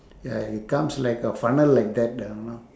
ya it comes like a funnel like that ah